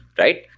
right?